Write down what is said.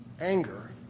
anger